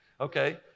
Okay